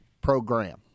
program